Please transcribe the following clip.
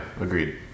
agreed